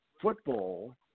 football